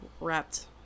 wrapped